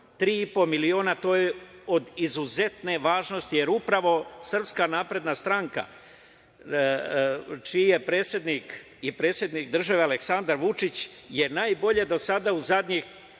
po miliona, to je od izuzetne važnosti, jer upravo SNS, čiji je predsednik i predsednik države Aleksandar Vučić, je najbolje do sada u zadnjih